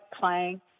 playing